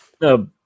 No